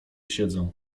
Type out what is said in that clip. siedzę